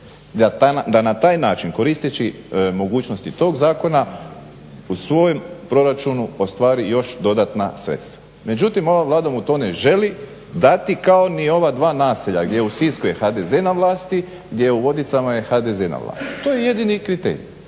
Da na taj način, koristeći mogućnosti tog zakona u svojem proračunu ostvari još dodatna sredstva. Međutim, ova Vlada mu to ne želi dati kao ni ova dva naselja gdje je u Sisku je HDZ na vlasti, gdje je u Vodicama HDZ je na vlasti, to je jedini kriterij,